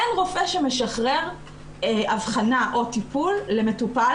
אין רופא שמשחרר אבחנה או טיפול למטופל